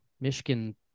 Michigan